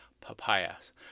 papayas